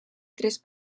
tres